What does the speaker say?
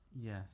Yes